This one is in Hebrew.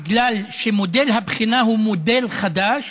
מכיוון שמודל הבחינה הוא מודל חדש,